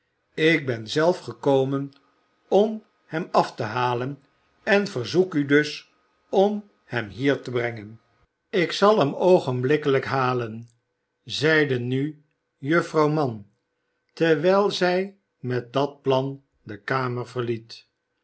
ik ben zelf gekomen om hem af te halen en verzoek u dus om hem hier te brengen ik zal hem oogenblikkelijk halen zeide nu juffrouw mann terwijl zij met dat plan de kamer verliet